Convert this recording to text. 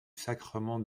sacrement